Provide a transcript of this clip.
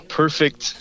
perfect